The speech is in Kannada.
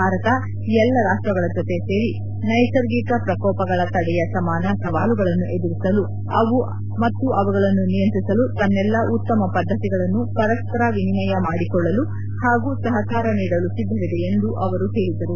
ಭಾರತ ಎಲ್ಲ ರಾಷ್ಟ್ಗಳ ಜೊತೆ ಸೇರಿ ನೈಸರ್ಗಿಕ ಪ್ರಕೋಪಗಳ ತಡೆಯ ಸಮಾನ ಸವಾಲುಗಳನ್ನು ಎದುರಿಸಲು ಮತ್ತು ಅವುಗಳನ್ನು ನಿಯಂತ್ರಿಸಲು ತನ್ನೆಲ್ಲಾ ಉತ್ತಮ ಪದ್ದತಿಗಳನ್ನು ಪರಸ್ವರ ವಿನಿಮಯ ಮಾಡಿಕೊಳ್ಳಲು ಹಾಗೂ ಸಹಕಾರ ನೀಡಲು ಸಿದ್ದವಿದೆ ಎಂದು ಅವರು ಹೇಳಿದರು